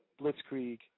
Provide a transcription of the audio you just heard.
blitzkrieg